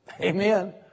Amen